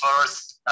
first